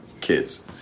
kids